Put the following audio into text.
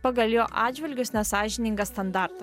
pagal jo atžvilgius nesąžiningą standartą